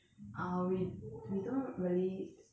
err we we don't really